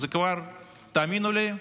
תאמינו לי,